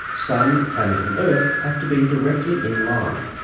sun, planet and earth have to be directly in line.